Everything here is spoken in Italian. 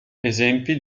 esempi